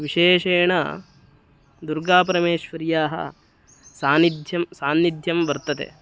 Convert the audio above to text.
विशेषेण दुर्गापरमेश्वर्याः सान्निध्यं सान्निध्यं वर्तते